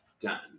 done